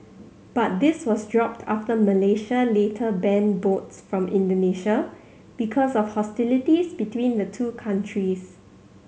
but this was dropped after Malaysia later banned boats from Indonesia because of hostilities between the two countries